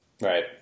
Right